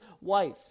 wife